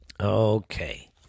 Okay